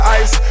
ice